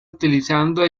utilizando